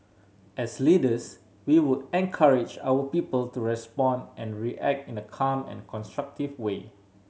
as leaders we would encourage our people to respond and react in a calm and constructive way